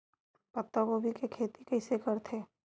पत्तागोभी के खेती कइसे करथे?